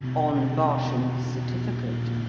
on barsham's certificate,